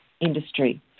industry